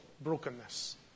brokenness